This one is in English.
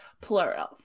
plural